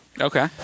Okay